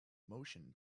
motion